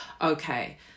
okay